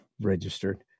registered